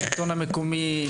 לשלטון המקומי,